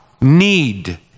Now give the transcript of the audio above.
need